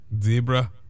zebra